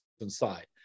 inside